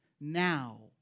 Now